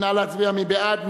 מי בעד?